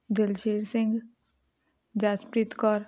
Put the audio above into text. Dilsher Singh Jaspreet Kaur